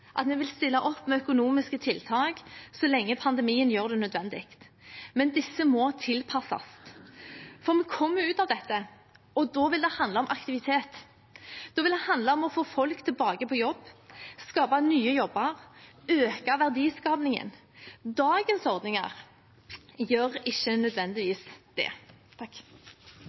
at vi vil stille opp med økonomiske tiltak så lenge pandemien gjør det nødvendig, men disse må tilpasses. For vi kommer ut av dette, og da vil det handle om aktivitet. Da vil det handle om å få folk tilbake på jobb, skape nye jobber og øke verdiskapingen. Dagens ordninger gjør ikke nødvendigvis det.